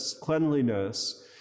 cleanliness